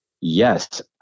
Yes